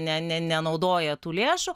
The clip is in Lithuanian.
ne ne nenaudoja tų lėšų